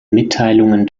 mitteilungen